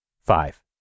Five